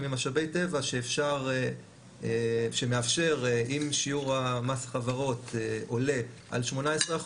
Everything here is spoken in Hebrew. ממשאבי טבע שמאפשר אם שיעור מס החברות עולה על 18%,